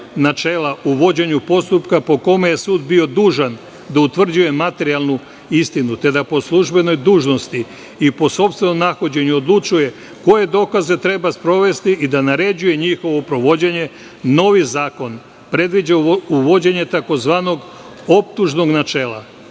u vođenju postupka, po kome je sud bio dužan da utvrđuje materijalnu istinu, te da po službenoj dužnosti i po sopstvenom nahođenju odlučuje koje dokaze treba sprovesti i da naređuje njihovo provođenje. Novi zakon predviđa uvođenje tzv. "Optužnog načela".